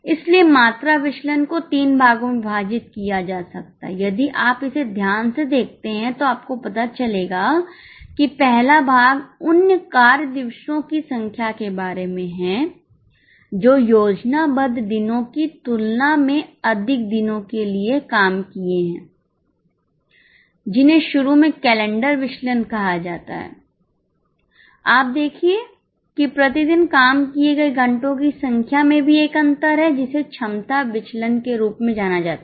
इसलिए मात्रा विचलन को तीन भागों में विभाजित किया जा सकता है यदि आप इसे ध्यान से देखते हैं तो आपको पता चलेगा कि पहला भाग उन कार्य दिवसों की संख्या के बारे में है जो योजनाबद्ध दिनों की तुलना में अधिक दिनों के लिए काम किए हैं जिन्हें शुरू में कैलेंडर विचलन कहा जाता है आप देखिए कि प्रति दिन काम किए गए घंटों की संख्या में भी एक अंतर है जिसे क्षमता विचलन के रूप में जाना जाता है